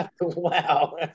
Wow